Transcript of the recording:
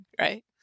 right